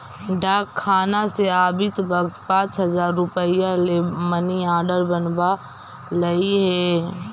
डाकखाना से आवित वक्त पाँच हजार रुपया ले मनी आर्डर बनवा लइहें